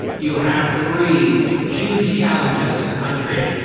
you have three huge challenges to the country,